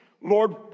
Lord